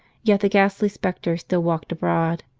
yet the ghastly spectre still walked abroad,